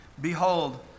Behold